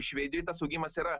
švedijoj tas augimas yra